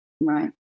Right